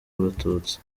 abatutsi